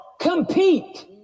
compete